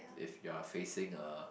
if you are facing a